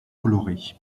colorés